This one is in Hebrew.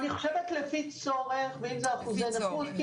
אני חושבת לפי צורך ועם זה אחוזי נכות.